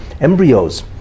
embryos